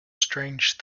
strange